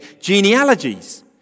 genealogies